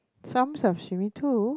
some have too